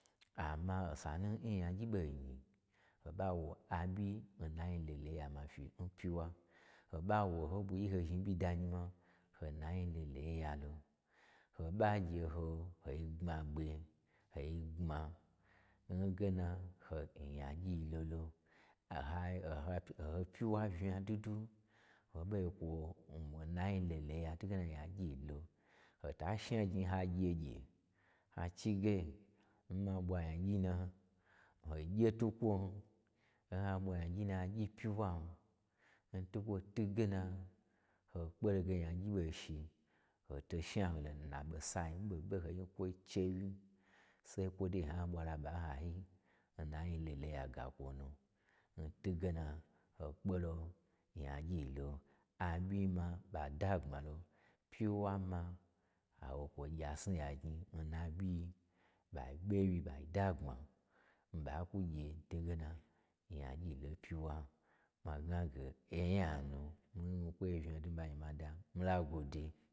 Amma osanu n nyagyi ɓo nyi, ho ɓa wo aɓyi n nayi leleyi ya ma fyi npyiwa, hoɓa da nyima ho nayi leleyi yalo. Ho ɓa gye ho-ho gbmagbe, hoi gbma n gena ho nyagyi lolo, aha oho-oho pyiwa unya dwudwu ho ɓa gye kwo n nayi leleyi ya ntwuge na hyagyi lo, ho ta shna hgnyi ha gyegye ha chige n ma ɓwa nyagyi n na, ho gye twukwon, n a ɓwa nyagyi n na agyi n pyiwan, ntwukwo twuhge na, ho kpe lo ge nyagyi ɓo shi, ho to shna nyi lo nna ɓosai, ɓoho ɓoho yi klwo chewyi sai kwo dai ha ɓwa laba n hayi n nayi leleyiya ga kwanu, n twuge na ho kpe lo ge nyagyi lo. Aɓyin ma ɓa dagbma lo, pyi wa ma ha wo kwo gyi asni ya gnyi nna ɓyiyi ɓa ɓowyi ɓai dagbma, ɓa kwo gye n twuge na nyagyi lo n pyiwa, ma gnage onya n mii kpeye vnya dwudwu n mii ɓa myi ma da, mii la gwo de.